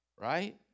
right